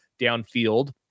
downfield